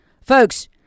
folks